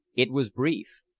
it was brief,